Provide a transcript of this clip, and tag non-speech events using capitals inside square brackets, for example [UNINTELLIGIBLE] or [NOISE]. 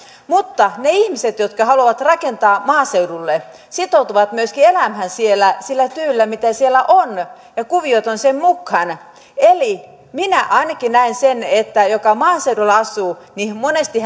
mutta ne ihmiset jotka haluavat rakentaa maaseudulle sitoutuvat myöskin elämään siellä sillä työllä mitä siellä on ja kuviot ovat sen mukaan eli minä ainakin näen että sillä joka maaseudulla asuu on monesti [UNINTELLIGIBLE]